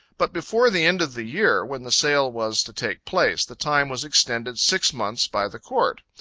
but before the end of the year, when the sale was to take place, the time was extended six months by the court.